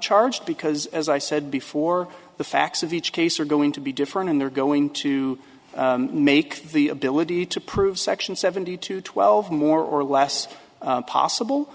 charged because as i said before the facts of each case are going to be different and they're going to make the ability to prove section seventy two twelve more or less possible